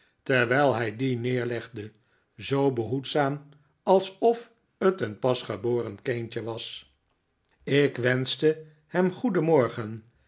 terwijl hij die neerlegde zoo behoedzaam alsof het een pasgeboren kindje was ik wenschte hem goedenmorgen